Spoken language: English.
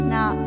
Now